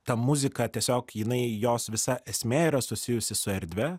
ta muzika tiesiog jinai jos visa esmė yra susijusi su erdve